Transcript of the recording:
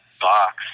box